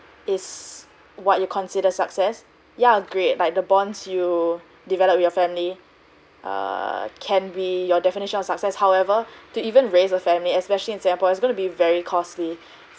is what you consider success yeah agree like the bonds you develop your family err can be your definition of success however to even raise a family especially in singapore is going to be very costly